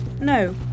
No